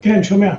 אני שומע.